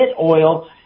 oil